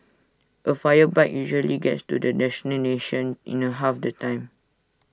A fire bike usually gets to the destination in the half the time